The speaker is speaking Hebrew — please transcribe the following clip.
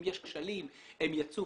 ואם יש כשלים הם יצופו.